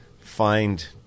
find